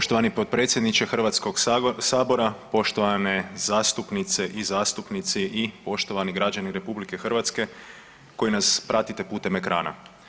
Poštovani potpredsjedniče HS, poštovane zastupnice i zastupnici i poštovani građani RH koji nas pratite putem ekrana.